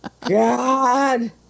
God